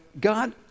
God